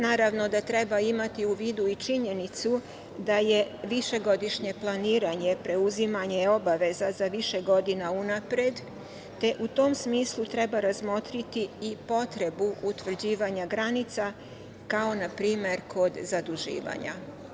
Naravno, treba imati u vidu i činjenicu da je višegodišnje planiranje preuzimanje obaveza za više godina unapred, te u tom smislu treba razmotriti i potrebu utvrđivanja granica kao npr, kod zaduživanja.